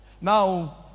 Now